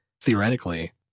theoretically